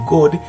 God